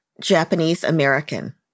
Japanese-American